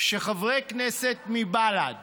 שחברי כנסת מבל"ד